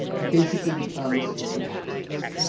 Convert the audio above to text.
he basically becomes an activist.